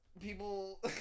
People